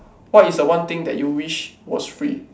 what is the one thing that you wish was free